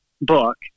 book